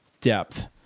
depth